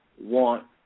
want